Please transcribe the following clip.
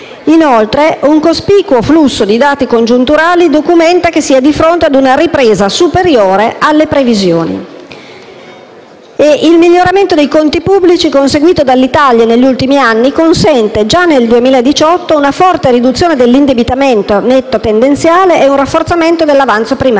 Inoltre, un cospicuo afflusso di dati congiunturali documenta come si sia di fronte a una ripresa superiore alle previsioni. Il miglioramento dei conti pubblici, conseguito dall'Italia negli ultimi anni, consente, già nel 2018, una forte riduzione dell'indebitamento netto tendenziale e un rafforzamento dell'avanzo primario.